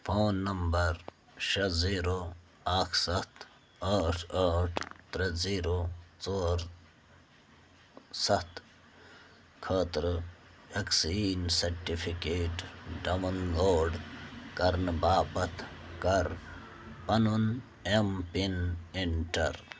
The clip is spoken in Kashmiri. فون نمبر شےٚ زیٖرو اَکھ سَتھ ٲٹھ ٲٹھ ترٛےٚ زیٖرو ژور سَتھ خٲطرٕ وٮ۪کسیٖن سرٹِفِکیٹ ڈاوُن لوڈ کرنہٕ باپتھ کر پَنُن اٮ۪م پِن اٮ۪نٛٹَر